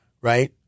right